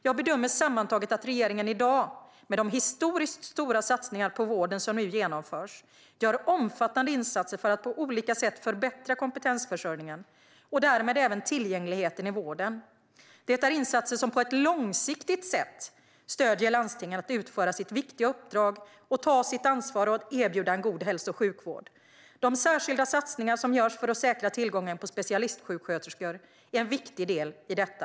Jag bedömer sammantaget att regeringen i dag, med de historiskt stora satsningar på vården som nu genomförs, gör omfattande insatser för att på olika sätt förbättra kompetensförsörjningen och därmed även tillgängligheten i vården. Det är insatser som på ett långsiktigt sätt stöder landstingen att utföra det viktiga uppdraget och att ta ansvaret för att erbjuda god hälso och sjukvård. De särskilda satsningar som görs för att säkra tillgången på specialistsjuksköterskor är en viktig del i detta.